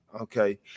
Okay